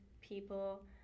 people